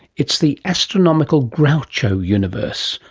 it's the astronomical groucho universe,